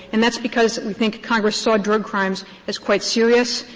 and that's because, we think, congress saw drug crimes as quite serious.